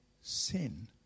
sin